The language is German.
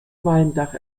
walmdach